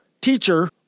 Teacher